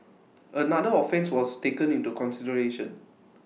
another offence was taken into consideration